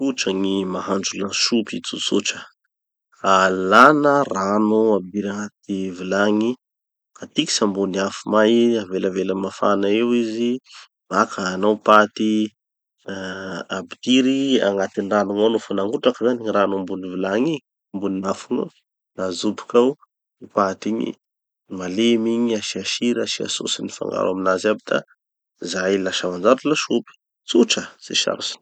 Tsotra gny mahandro lasopy, tsotsotra. Alana rano ampidiry agnaty vilagny, atikitsy ambony afo may, avelavela mafana eo izy. Maka hanao paty, ampidiry agnaty rano igny ao nofa nangotra zany gny rano ambony vilagny igny, ambony gn'afo igny ao, da ajoboky ao gny paty igny, malemy igny, asia sira asia sôsy mifangaro aminazy aby da zay lasa manjary lasopy. Tsotra, tsy sarotsy.